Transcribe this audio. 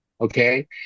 Okay